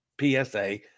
PSA